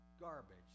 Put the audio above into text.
garbage